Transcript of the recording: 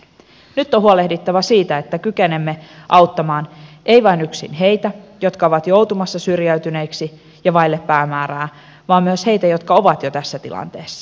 nyt on huolehdittava siitä että kykenemme auttamaan emme vain yksin niitä jotka ovat joutumassa syrjäytyneiksi ja vaille päämäärää vaan myös niitä jotka ovat jo tässä tilanteessa